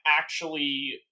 actually-